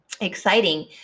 Exciting